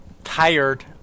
Tired